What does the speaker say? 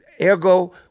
Ergo